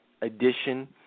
edition